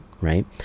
right